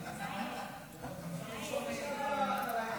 חבל שהפרעת לו.